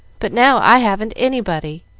but now i haven't anybody.